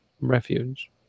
refuge